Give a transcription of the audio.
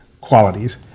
qualities